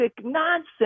nonsense